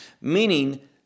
meaning